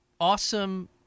awesome